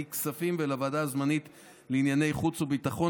כספים ולוועדה הזמנית לענייני חוץ וביטחון,